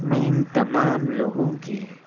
میں اِن تمام لوگوں کے